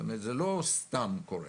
זאת אומרת שזה לא סתם קורה.